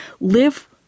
live